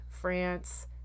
France